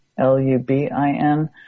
L-U-B-I-N